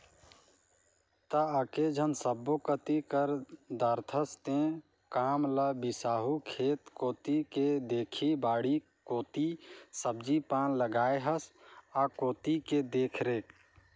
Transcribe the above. त एकेझन सब्बो कति कर दारथस तें काम ल बिसाहू खेत कोती के देखही बाड़ी कोती सब्जी पान लगाय हस आ कोती के देखरेख